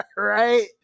Right